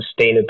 sustainability